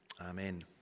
Amen